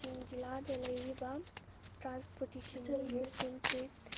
ꯀꯛꯆꯤꯡ ꯖꯤꯂꯥꯗ ꯂꯩꯔꯤꯕ ꯇ꯭ꯔꯥꯟꯁꯄ꯭ꯣꯔꯠꯇꯦꯁꯟꯒꯤ ꯁꯤꯁꯇꯦꯝꯁꯦ